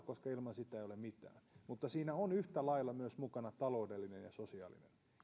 koska ilman sitä ei ole mitään mutta siinä on yhtä lailla mukana myös taloudellinen ja sosiaalinen ja